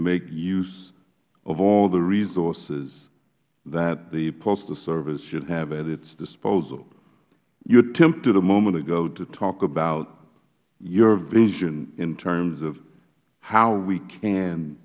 make use of all the resources that the postal service should have at its disposal you attempted a moment ago to talk about your vision in terms of how we can